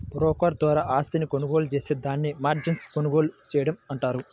broker ద్వారా ఆస్తిని కొనుగోలు జేత్తే దాన్ని మార్జిన్పై కొనుగోలు చేయడం అంటారు